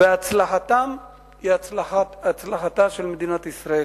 והצלחתם היא הצלחתה של מדינת ישראל.